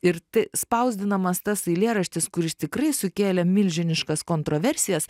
ir t spausdinamas tas eilėraštis kuris tikrai sukėlė milžiniškas kontroversijas